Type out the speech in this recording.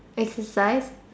exercise